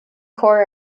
córa